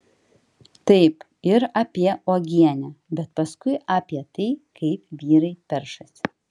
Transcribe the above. taip ir apie uogienę bet paskui apie tai kaip vyrai peršasi